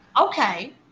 Okay